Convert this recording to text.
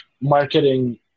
marketing